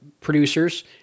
producers